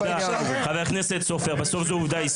חבר הכנסת סופר, בסוף זו עובדה היסטורית.